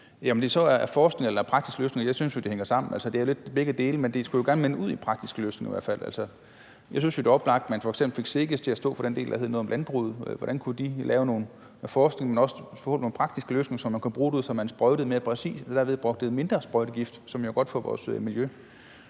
så er forskning eller praktiske løsninger – jeg synes jo, det hænger sammen. Altså, det er lidt begge dele, men det skulle jo gerne ende ud i praktiske løsninger i hvert fald. Jeg synes jo, det er oplagt, at man f.eks. fik SEGES til at stå for den del, der omhandler landbruget. Hvordan kunne de lave noget forskning, men også forhåbentlig nogle praktiske løsninger, som man kan bruge derude, så man sprøjtede mere præcist og derved brugte mindre sprøjtegift, hvilket jo er godt for vores miljø?